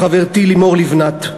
לחברתי לימור לבנת.